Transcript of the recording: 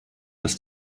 dass